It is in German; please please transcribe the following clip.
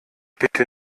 bitte